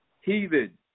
Heathen